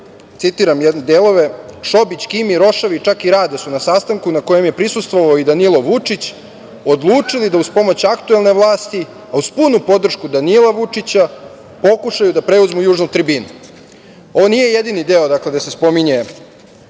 citiram delove – Šobić, Kimi, Rošavi, čak i Rade su na sastanku na kojem je prisustvovao i Danilo Vučić odlučili da uz pomoć aktuelne vlasti, a uz punu podršku Danila Vučića pokušaju da preuzmu Južnu tribinu. Ono nije jedini deo gde se spominje